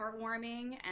heartwarming